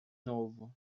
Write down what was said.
novo